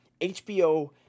HBO